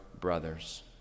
brothers